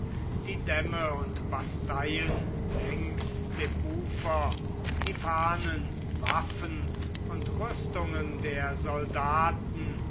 die dämme und basteien längs dem ufer die fahnen waffen und rüstungen der soldaten